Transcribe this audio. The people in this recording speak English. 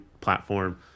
platform